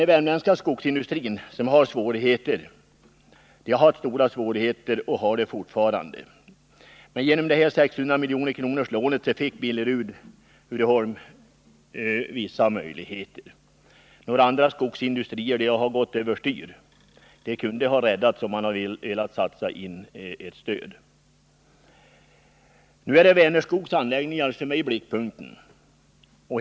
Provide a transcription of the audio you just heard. Den värmländska skogsindustrin har haft och har fortfarande stora svårigheter, men genom villkorslånet på 600 milj.kr. fick Billerud-Uddeholm vissa möjligheter. En del andra skogsindustrier som har gått överstyr kunde ha räddats om fp-regeringen hade velat satsa på stöd till dessa. Nu är Vänerskogs anläggningar i blickpunkten.